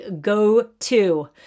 go-to